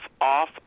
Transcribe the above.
off